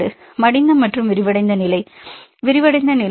மாணவர் மடி மற்றும் மாணவர் விரிவடைந்த நிலை விரிவடைந்த நிலை